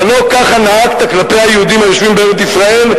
אבל לא ככה נהגת כלפי היהודים היושבים בארץ-ישראל,